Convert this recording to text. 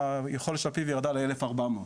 והיכולת של ה-PV ירדה לאלף ארבע מאות.